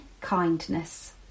kindness